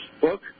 book